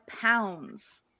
pounds